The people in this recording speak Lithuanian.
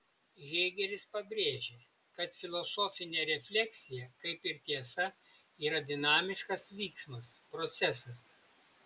hėgelis pabrėžė kad filosofinė refleksija kaip ir tiesa yra dinamiškas vyksmas procesas